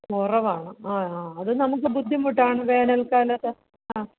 കുറവാണ് ആ ആ അത് നമുക്ക് ബുദ്ധിമുട്ടാണ് വേനൽക്കാലത്ത് ആ